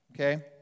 okay